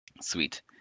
Sweet